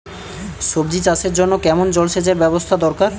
সবজি চাষের জন্য কেমন জলসেচের ব্যাবস্থা দরকার?